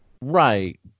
Right